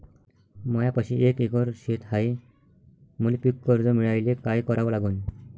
मायापाशी एक एकर शेत हाये, मले पीककर्ज मिळायले काय करावं लागन?